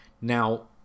Now